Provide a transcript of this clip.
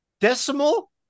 decimal